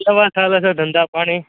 કેવાં ચાલે છે ધંધા પાણી